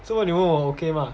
做么你们问我 okay mah